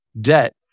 debt